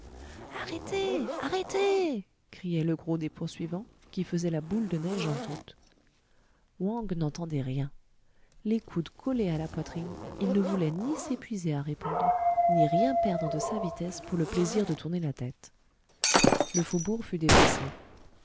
arrêtez arrêtez criait le gros des poursuivants qui faisait la boule de neige en route wang n'entendait rien les coudes collés à la poitrine il ne voulait ni s'épuiser à répondre ni rien perdre de sa vitesse pour le plaisir de tourner la tête le faubourg fut dépassé